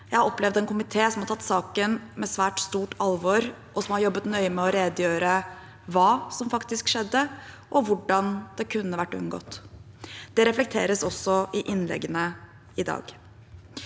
Jeg har opplevd en komité som har tatt saken på svært stort alvor, og som har jobbet nøye med å redegjøre for hva som faktisk skjedde, og hvordan det kunne vært unngått. Det reflekteres også i innleggene i dag.